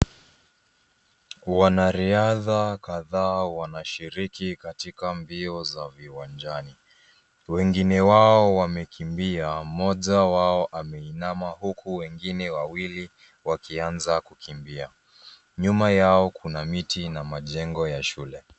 Wanariadha kadhaa wanashiriki katika mbio za viwanjani. Wengine wao wamekimbia. Mmoja wao ameinama huku wengine wawili wakianza kukimbia. Nyuma yao kuna miti na majengo ya shule.